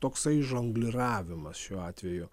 toksai žongliravimas šiuo atveju